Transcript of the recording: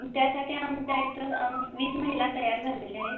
त्यासाठी आमच्या इथं वीस महिला तयार झालेल्या आहेत